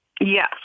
Yes